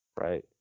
Right